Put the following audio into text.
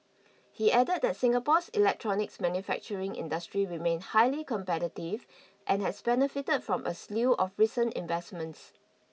he added that Singapore's electronics manufacturing industry remained highly competitive and has benefited from a slew of recent investments